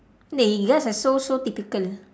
eh yours is so so typical